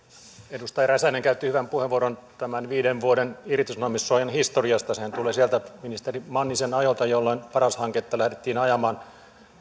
edustaja räsänen käytti hyvän puheenvuoron tämän viiden vuoden irtisanomissuojan historiasta sehän tulee sieltä ministeri mannisen ajoilta jolloin paras hanketta lähdettiin ajamaan